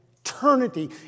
eternity